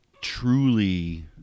truly